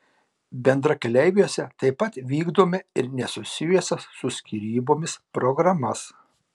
bendrakeleiviuose taip pat vykdome ir nesusijusias su skyrybomis programas